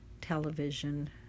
television